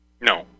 No